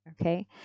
Okay